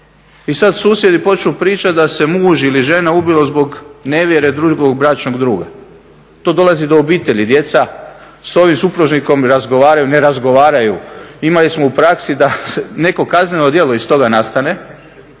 i sada susjedi počnu pričati da se muž ili žena ubio zbog nevjere drugog bračnog druga. To dolazi do obitelji, djeca sa ovim supružnikom razgovaraju, ne razgovaraju. Imali smo u praksi da neko kazneno djelo iz toga nastane